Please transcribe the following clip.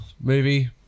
movie